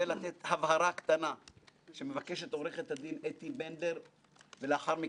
לומר דברים ואנחנו נענה לשאלות.